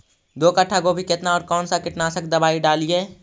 दो कट्ठा गोभी केतना और कौन सा कीटनाशक दवाई डालिए?